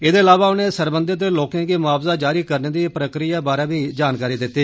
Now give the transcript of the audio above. एह्दे अलावा उनें सरबंघत लोकें गी मुआवजा जारी करने दी प्रक्रिया बारै बी जानकारी दित्ती